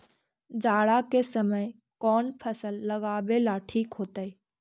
जाड़ा के समय कौन फसल लगावेला ठिक होतइ?